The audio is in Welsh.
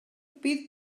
bydd